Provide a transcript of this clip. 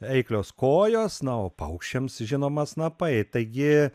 eiklios kojos na o paukščiams žinoma snapai taigi